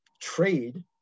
trade